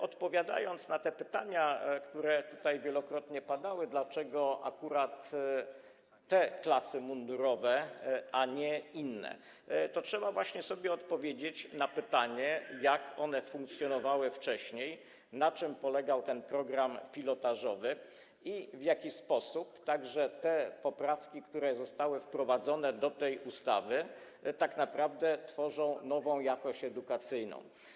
Odpowiadając na pytania, które tutaj wielokrotnie padały, dlaczego akurat te klasy mundurowe, a nie inne, trzeba właśnie sobie odpowiedzieć na pytanie, jak one funkcjonowały wcześniej, na czym polegał program pilotażowy i w jaki sposób poprawki, które zostały wprowadzone do tej ustawy, tworzą nową jakość edukacyjną.